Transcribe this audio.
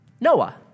Noah